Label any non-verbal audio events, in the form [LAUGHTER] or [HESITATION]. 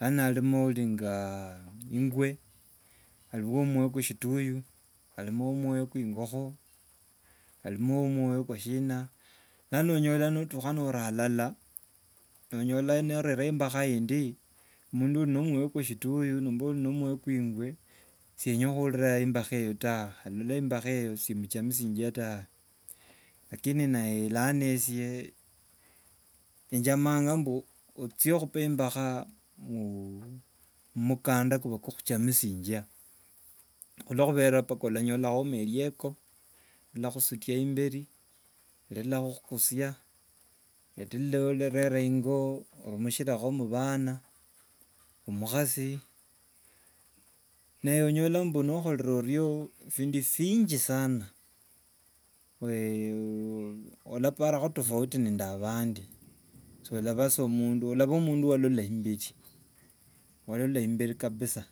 Lano arimo ari nga ingwe, ariyo we omwoyo kwe esituyu, arimo we mwoyo we ing'okho, arimo we mwoyo kwa shina. Lano onyola no- tukha nora- alala nonyola norera imbakha indi mundu ori ne- omwoyo kwe shituyu nomba uri nende mwoyo kwe ingwe sienya khuurira imbakha eyo tawe, alola imbakha eyo simunjamishinja tawe. Lakini naye esye enjamanga mbu ochye okhupe imbakha mu- mumukanda kuva- kukhuchamishinja, khulokhubera mpaka olanyola- khomo erieko linakhusutia eyimberi, elilakhukhusia [UNINTELLIGIBLE] ingo omushirakho mu- vana, omukhasi ne- onyola mbu nokhorere orio bindu binji sana [HESITATION] olaparakho tofauti nende abandi, solana sa mundu, olava mundu walola imbechi, walola imberi kabisa.